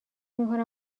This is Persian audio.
میکنم